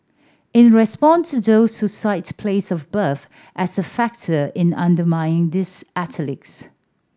in response to those who cite place of birth as a factor in undermining these athletes